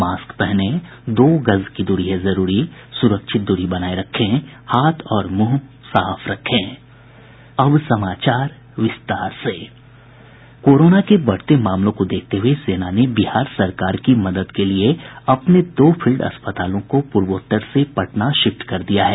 mask पहनें दो गज दूरी है जरूरी सुरक्षित दूरी बनाये रखें हाथ और मुंह साफ रखें कोरोना के बढ़ते मामलों को देखते हुए सेना ने बिहार सरकार को मदद के लिए अपने दो फील्ड अस्पतालों को पूर्वोत्तर से पटना शिफ्ट कर दिया है